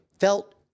felt